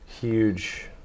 huge